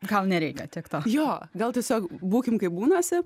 gal nereikia tiek to jo gal tiesiog būkim kaip būnasi